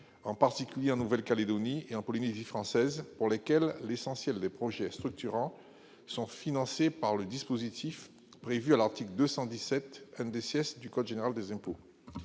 en particulier en Nouvelle-Calédonie et en Polynésie française, pour lesquelles les projets structurants sont, pour l'essentiel, financés par le dispositif prévu à l'article 217 du code général des impôts.